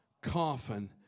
coffin